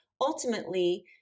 ultimately